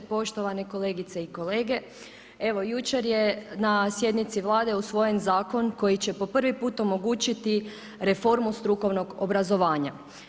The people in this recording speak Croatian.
Poštovane kolegice i kolege, evo jučer je na sjednici Vlade usvojen zakon, koji će po prvi put omogućiti, reformu strukovnog obrazovanja.